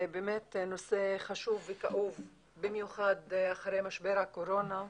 באמת נושא חשוב וכאוב במיוחד אחרי משבר הקורונה.